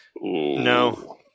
No